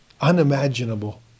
unimaginable